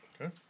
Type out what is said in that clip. Okay